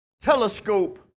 telescope